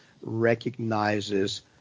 recognizes